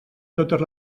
totes